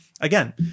Again